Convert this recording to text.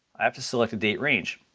i have to select a date range.